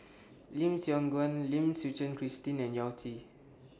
Lim Siong Guan Lim Suchen Christine and Yao Zi